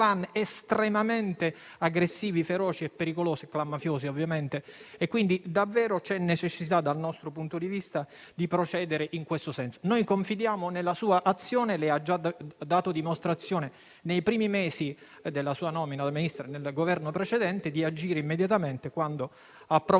Confidiamo nella sua azione: ha già dato dimostrazione, nei primi mesi della sua nomina a Ministra nel Governo precedente, di saper agire immediatamente, quando approvò